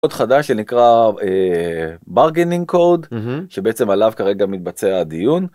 חוק חדש שנקרא ברגיינינג קוד שבעצם עליו כרגע מתבצע דיון.